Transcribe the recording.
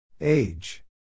Age